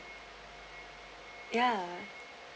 ya